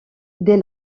dès